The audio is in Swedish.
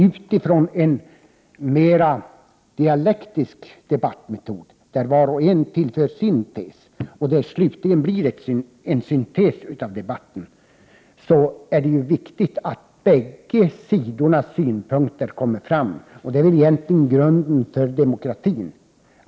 Utifrån en mera dialektisk debattmetod, där var och en för fram sina teser och det slutligen blir en syntes av debatten, är det viktigt att båda sidors synpunkter kommer fram. Det är egentligen grunden för demokratin.